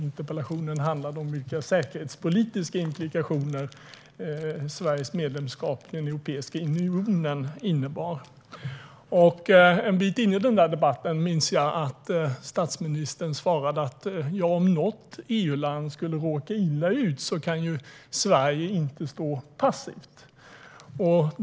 Interpellationen handlade om vilka säkerhetspolitiska implikationer Sveriges medlemskap i Europeiska unionen innebar. En bit in i debatten minns jag att statsministern svarade att om något EU-land skulle råka illa ut kan Sverige inte stå passivt.